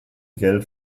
geld